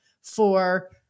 for-